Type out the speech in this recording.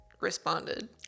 responded